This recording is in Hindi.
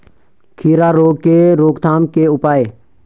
खीरा रोग के रोकथाम के उपाय?